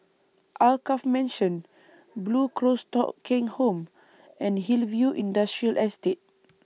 Alkaff Mansion Blue Cross Thong Kheng Home and Hillview Industrial Estate